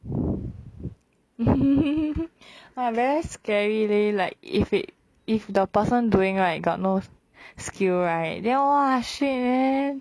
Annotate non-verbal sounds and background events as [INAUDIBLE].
[BREATH] [LAUGHS] like very scary leh like if it if the person doing right got no skill right then !wah! shit man